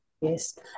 yes